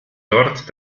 dort